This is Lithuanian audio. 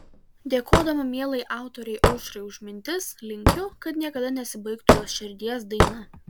dėkodama mielai autorei aušrai už mintis linkiu kad niekada nesibaigtų jos širdies daina